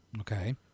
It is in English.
Okay